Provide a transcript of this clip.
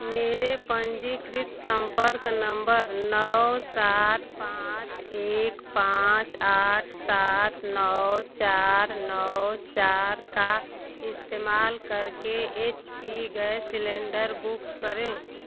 मेरे पंजीकृत सम्पर्क नम्बर नौ सात पाँच एक पाँच आठ सात नौ चार नौ चार का इस्तेमाल करके H P gas cylinder book करें